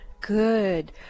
Good